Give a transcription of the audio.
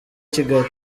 kigali